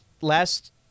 Last